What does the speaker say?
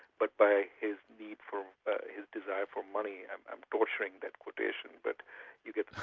but by his need for his desire for money', i'm torturing that quotation but you get